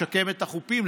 לשקם את החופים,